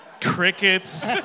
crickets